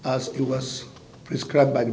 as it was prescribed by the